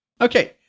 Okay